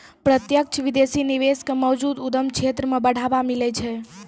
प्रत्यक्ष विदेशी निवेश क मौजूदा उद्यम क्षेत्र म बढ़ावा मिलै छै